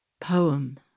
Poem